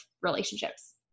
relationships